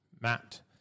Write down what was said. Matt